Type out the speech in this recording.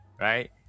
Right